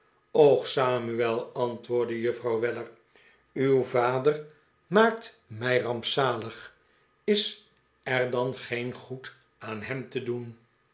samuel antwoordde juffrouw weller uw vader maakt mij rampzalig is er dan geen goed aan hem te doen